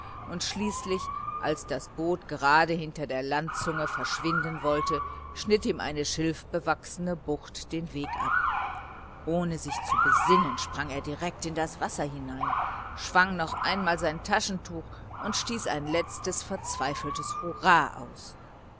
und schließlich als das boot gerade hinter der landzunge verschwinden wollte schnitt ihm eine schilfbewachsene bucht den weg ab ohne sich zu besinnen sprang er direkt in das wasser hinein schwang noch einmal sein taschentuch und stieß ein letztes verzweifeltes hurra aus